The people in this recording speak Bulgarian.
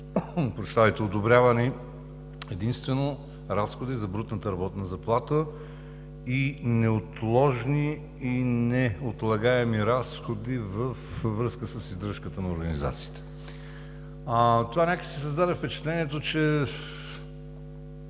„ще бъдат одобрявани единствено разходи за брутната работна заплата и неотложни и неотлагаеми разходи във връзка с издръжката на организациите“. Това някак си създаде впечатлението, че